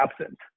absent